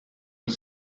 its